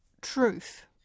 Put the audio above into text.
truth